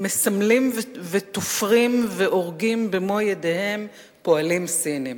מסמלים ותופרים ואורגים במו-ידיהם פועלים סינים.